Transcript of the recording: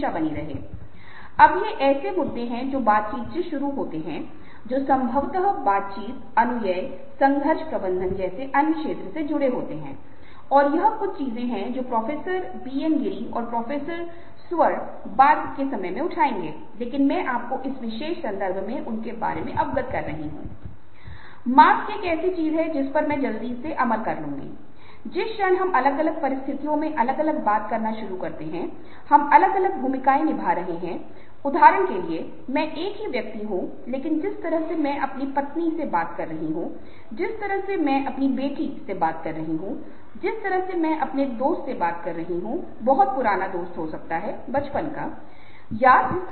डर उभरी हुई भौहों के माध्यम से संप्रेषित किया गया है जैसा कि आप यहाँ देख सकते हैं और आँखें चौड़ी हो रही हैं लेकिन फिर से विषमता एक ऐसी चीज़ है जो वहाँ है और क्रोध एक ऐसी चीज़ है जो कुछ हद तक इन भौओं के भागों में परिलक्षित होता है लेकिन यह भी एक निश्चित सीमा तक अन्य भागों में परिलक्षित होता है और जब आप खुद को अच्छी तरह से प्रशिक्षित करते हैं जब आप खुद को अच्छी तरह से प्रशिक्षित करते हैं तो आप इन भावनाओं के बीच अंतर करने की स्थिति में होते हैं